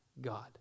God